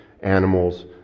animals